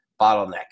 bottleneck